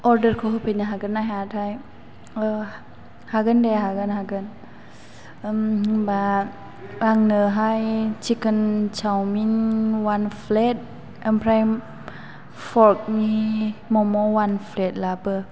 अर्दारखौ होफैनो हागोन ना हायाथाय हागोन दे हागोन हागोन होमबा आंनोहाय सिखोन सावमिन वान प्लेट ओमफ्राय पर्गनि मम' वान प्लेट लाबो